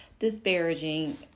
disparaging